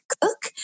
cook